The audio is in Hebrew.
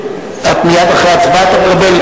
מייד אחרי ההצבעה אתה מקבל.